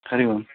हरिः ओम्